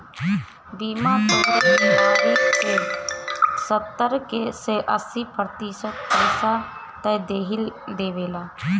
बीमा तोहरे बीमारी क सत्तर से अस्सी प्रतिशत पइसा त देहिए देवेला